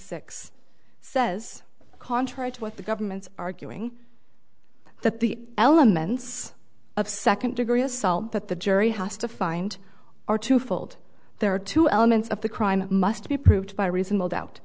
six says contrary to what the government's arguing that the elements of second degree assault that the jury has to find or twofold there are two elements of the crime must be proved by reasonable doubt